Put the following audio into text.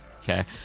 okay